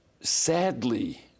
sadly